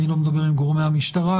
אני לא מדבר עם גורמי המשטרה,